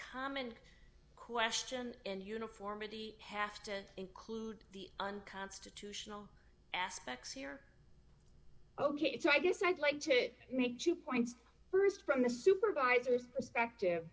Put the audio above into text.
common question and uniformity have to include the unconstitutional aspects here ok it's i guess i'd like to make two points st from the supervisors perspective